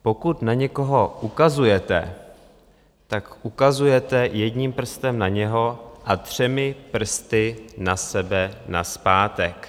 Pokud na někoho ukazujete, tak ukazujete jedním prstem na něho a třemi prsty na sebe nazpátek.